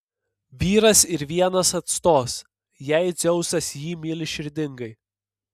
vyras ir vienas atstos jei dzeusas jį myli širdingai